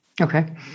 Okay